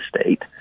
state